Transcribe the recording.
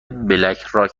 بلکراک